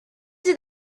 did